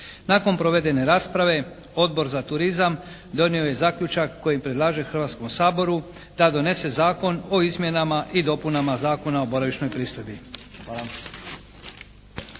Nakon provedene rasprave Odbor za turizam donio je zaključak kojim predlaže Hrvatskom saboru da donese Zakon o izmjenama i dopunama Zakona o boravišnoj pristojbi.